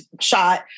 shot